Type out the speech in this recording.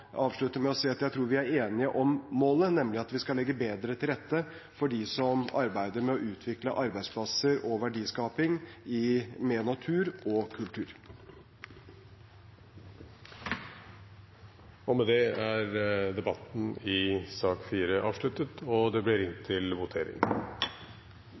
avslutte med å si at jeg tror vi er enige om målet, nemlig at vi skal legge bedre til rette for dem som arbeider med å utvikle arbeidsplasser og verdiskaping med natur og kultur. Debatten i sak nr. 4 er dermed avsluttet. Komiteen hadde innstilt til Stortinget å gjøre slikt Det voteres over lovens overskrift og